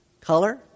color